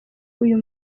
uyu